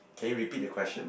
can you repeat the question